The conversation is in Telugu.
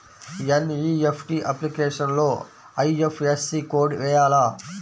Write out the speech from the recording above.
ఎన్.ఈ.ఎఫ్.టీ అప్లికేషన్లో ఐ.ఎఫ్.ఎస్.సి కోడ్ వేయాలా?